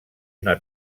una